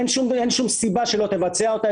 אין שום סיבה שלא תבצע אותה,